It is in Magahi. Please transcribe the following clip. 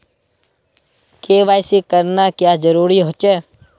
के.वाई.सी करना क्याँ जरुरी होचे?